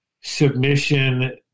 submission